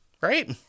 right